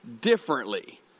differently